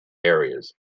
areas